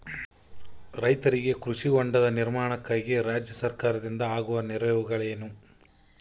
ರೈತರಿಗೆ ಕೃಷಿ ಹೊಂಡದ ನಿರ್ಮಾಣಕ್ಕಾಗಿ ರಾಜ್ಯ ಸರ್ಕಾರದಿಂದ ಆಗುವ ನೆರವುಗಳೇನು?